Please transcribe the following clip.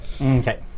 okay